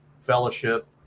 fellowship